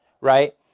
right